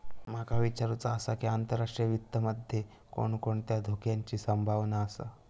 माका विचारुचा आसा की, आंतरराष्ट्रीय वित्त मध्ये कोणकोणत्या धोक्याची संभावना आसा?